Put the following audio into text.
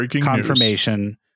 confirmation